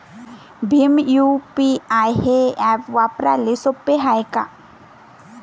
Bhim UPI हे app वापराले सोपे हाय का?